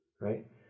right